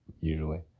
Usually